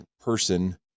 person